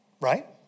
Right